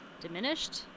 diminished